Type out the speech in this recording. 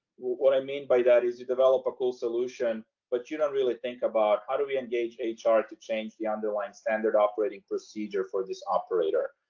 what i mean by that is you develop a cool solution, but you don't really think about how do we engage ah hr to change the underlying standard operating procedure for this operator?